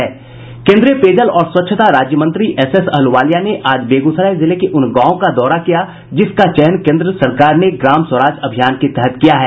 केन्द्रीय पेयजल और स्वच्छता राज्य मंत्री एस एस अहलूवालिया ने आज बेगूसराय जिले के उन गांवों का दौरा किया जिसका चयन केन्द्र सरकार ने ग्राम स्वराज अभियान के तहत किया है